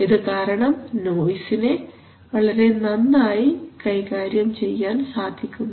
ഇതുകാരണം നോയ്സിനെ വളരെ നന്നായി കൈകാര്യം ചെയ്യാൻ സാധിക്കുന്നു